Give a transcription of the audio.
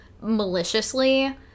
maliciously